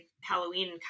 Halloween